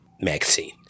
magazine